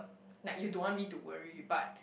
like you don't want me to worry but